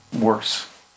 worse